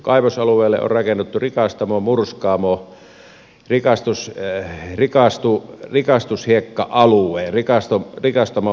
kaivosalueelle on rakennettu rikastamo murskaamo rikastushiekka alue rikastamomurskaamo